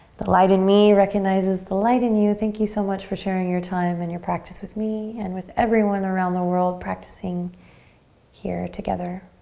the light in me recognizes the light in you. thank you so much for sharing your time and your practice with me and with everyone around the world practicing here together.